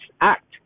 Act